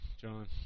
John